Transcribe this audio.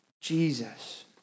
Jesus